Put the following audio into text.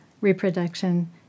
reproduction